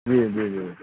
جی جی جی